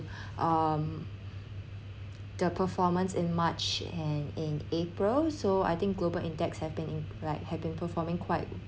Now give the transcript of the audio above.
um the performance in march and in april so I think global index have been correct have been performing quite